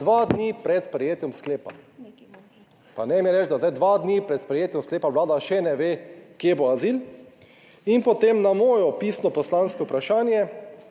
Dva dni pred sprejetjem sklepa. Pa ne mi reči, da zdaj dva dni pred sprejetjem sklepa vlada še ne ve kje bo azil. In potem na moje pisno poslansko vprašanje